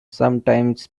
sometimes